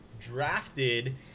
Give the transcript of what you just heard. drafted